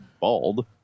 bald